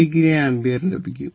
8o ampere ലഭിക്കും